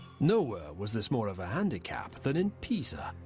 nowhere was this more of a handicap than in pisa,